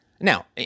now